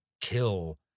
kill